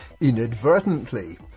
inadvertently